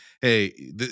hey